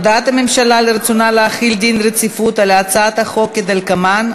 הודעת הממשלה על רצונה להחיל דין רציפות על הצעת החוק כדלקמן.